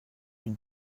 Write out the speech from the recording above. une